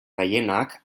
gehienak